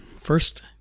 First